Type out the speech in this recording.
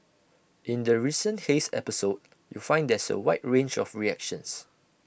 in the recent haze episode you find there's A wide range of reactions